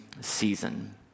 season